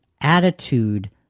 attitude